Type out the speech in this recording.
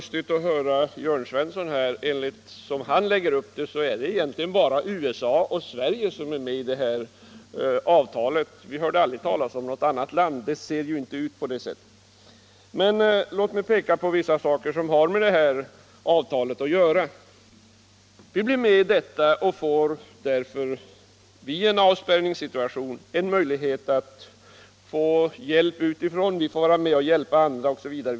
Som Jörn Svensson lägger upp det är det egentligen bara USA och Sverige som är med i avtalet — vi hörde aldrig talas om något annat land — men verkligheten ser ju inte ut på det sättet. Låt mig peka på vissa saker som har med det här avtalet att göra. Genom detta avtal får vi i en avspärrningssituation en möjlighet till hjälp utifrån, vi får vara med och hjälpa andra osv.